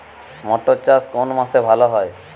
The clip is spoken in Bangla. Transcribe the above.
মটর চাষ কোন মাসে ভালো হয়?